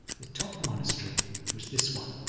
the top monastery was this one,